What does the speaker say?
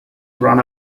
run